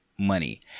money